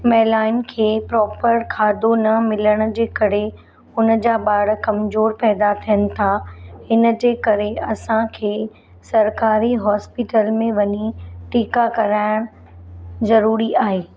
महिलाउनि खे प्रॉपर खाधो न मिलण जे करे हुन जा ॿार कमज़ोरु पैदा थियनि था हिन जे करे असांखे सरकारी हॉस्पिटल में वञी टीका कराइणु ज़रूरी आहे